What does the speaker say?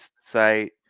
site